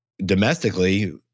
domestically